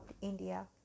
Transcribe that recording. India